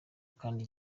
kandi